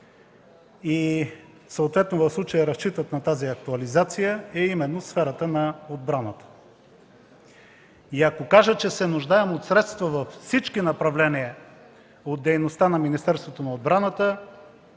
и съответно в случая разчитат на тази актуализация, е именно сферата на отбраната. Ако кажа, че се нуждаем от средства във всички направления от дейността на Министерството на отбраната,